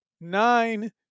nine